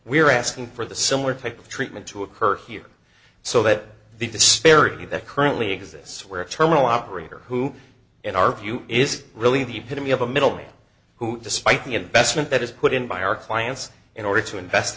are asking for the similar type of treatment to occur here so that the disparity that currently exists where a terminal operator who in our view is really the to me of a middleman who despite the investment that is put in by our clients in order to invest